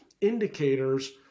indicators